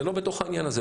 זה לא בתוך העניין הזה.